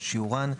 שיעורן,